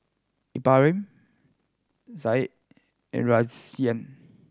Ibrahim Said and Rayyan